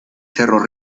cerro